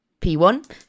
P1